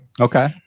Okay